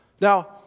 Now